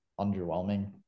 underwhelming